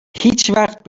هیچوقت